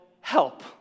help